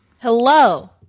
hello